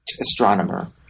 astronomer